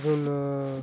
मग